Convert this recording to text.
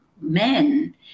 men